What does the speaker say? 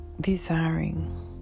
desiring